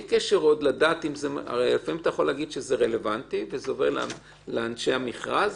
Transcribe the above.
אם זה רלוונטי, זה עובר לאנשי המכרז.